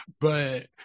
but-